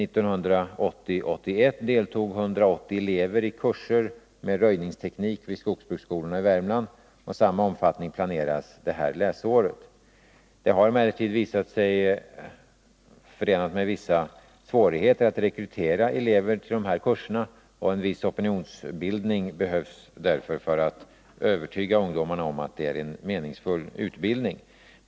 1980/81 deltog 180 elever i kurser med röjningsteknik vid skogsbruksskolorna i Värmland, och samma omfattning planeras för det här läsåret. Det har emellertid visat sig vara förenat med vissa svårigheter att rekrytera elever till dessa kurser. En viss opinionsbildning behövs därför för att övertyga ungdomarna om att det är en meningsfull utbildning.